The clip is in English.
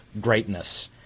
greatness